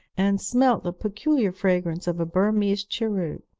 and smelt the peculiar fragrance of a burmese cheroot.